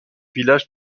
village